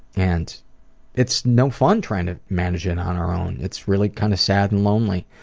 and it's no fun trying to manage it on our own. it's really kind of sad and lonely.